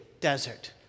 desert